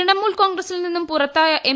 തൃണമൂൽ കോൺഗ്രസ്സിൽ നിന്നും പുറത്തായ എം